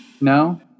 no